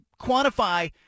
quantify